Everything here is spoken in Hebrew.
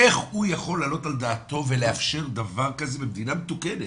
איך הוא יכול להעלות על דעתו ולאפשר דבר כזה במדינה מתוקנת?